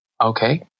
Okay